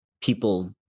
people